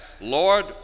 Lord